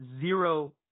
zero